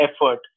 effort